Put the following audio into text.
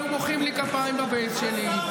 והיו מוחאים לי כפיים בבייס שלי.